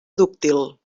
dúctil